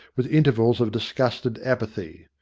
with intervals of disgusted apathy.